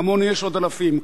כמוני יש עוד אלפים.